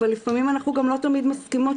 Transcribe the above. אבל לפעמים אנחנו גם לא תמיד מסכימות.